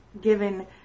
given